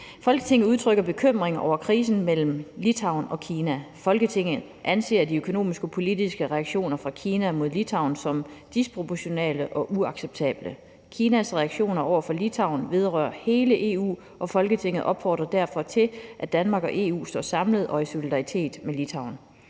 »Folketinget udtrykker bekymring over krisen mellem Litauen og Kina. Folketinget anser de økonomiske og politiske reaktioner fra Kina mod Litauen som disproportionale og uacceptable. Kinas reaktioner over for Litauen vedrører hele EU, og Folketinget opfordrer derfor til, at Danmark og EU står samlet og i solidaritet med Litauen.